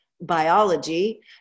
biology